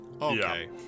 Okay